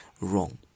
wrong